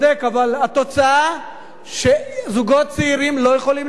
אבל התוצאה היא שזוגות צעירים לא יכולים לקנות.